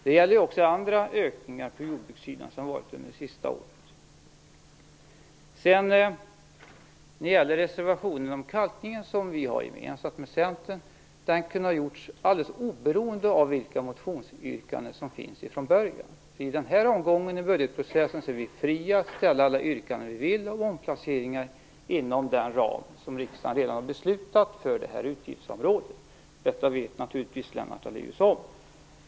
Det gäller också andra ökningar på jordbrukssidan som har varit under det senaste året. Reservationen om kalkningen, som vi har gemensamt med Centern, kunde ha framlagts alldeles oberoende av vilka motionsyrkanden som fanns från början. I den här omgången i budgetprocessen är vi fria att ställa alla yrkanden om omplaceringar som vi vill inom den ram som riksdagen redan har beslutat om för detta utgiftsområde. Detta vet naturligtvis Lennart Daléus om.